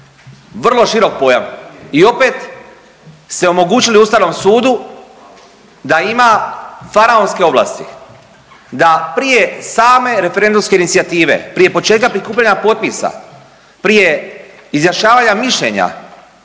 vrlo širok pojam i opet ste omogućili Ustavnom sudu da ima faraonske ovlasti, da prije same referendumske inicijative, prije početka prikupljanja potpisa, prije izjašnjavanja mišljenja